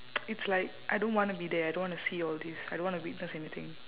it's like I don't wanna be there I don't want to see all these I don't wanna witness anything